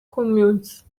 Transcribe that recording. communes